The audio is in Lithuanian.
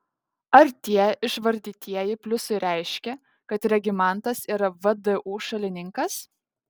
ar tie išvardytieji pliusai reiškia kad regimantas yra vdu šalininkas